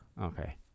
Okay